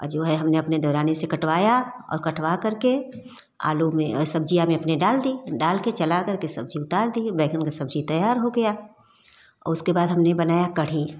और जो है हमने अपने देवरानी से कटवाया और कटवा करके आलू में और सब्जियाँ में अपने डाल दी डाल के चलाकर के सब्जी उतार दी बैंगन का सब्जी तैयार हो गया उसके बाद हमने बनाया कढ़ी